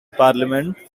parliament